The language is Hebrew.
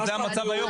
אז זה המצב היום.